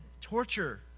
torture